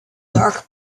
dark